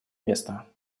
место